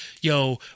Yo